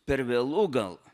per vėlu gal